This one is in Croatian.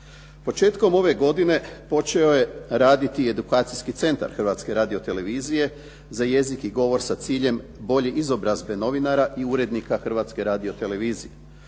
Početkom ove godine počeo je raditi i Edukacijski centar Hrvatske radiotelevizije za jezik i govor sa ciljem bolje izobrazbe novinara i urednika Hrvatske radiotelevizije,